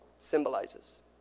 symbolizes